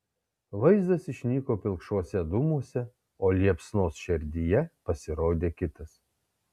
vaizdas išnyko pilkšvuose dūmuose o liepsnos šerdyje pasirodė kitas